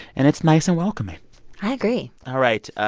and it's nice and welcoming i agree all right.